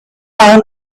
down